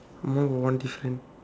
no no more difference